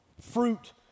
fruit